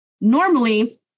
Normally